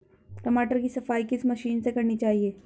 टमाटर की सफाई किस मशीन से करनी चाहिए?